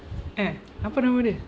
eh apa nama dia